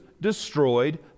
destroyed